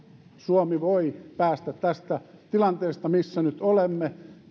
suomi voi päästä tästä tilanteesta missä nyt olemme